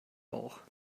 bauch